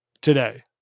today